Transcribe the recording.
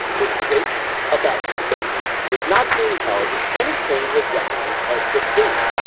this debate about the debate was not being held in anything resembling a debate.